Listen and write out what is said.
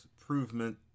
improvement